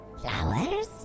Flowers